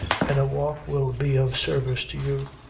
and a walk will be of sarvice to you.